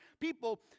people